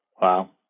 Wow